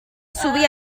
subí